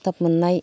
थाब थाब मोननाय